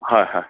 হয় হয়